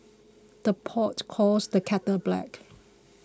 the pot calls the kettle black